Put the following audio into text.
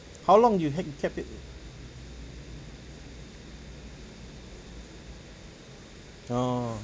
how long you had kept it orh